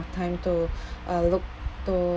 time to uh look to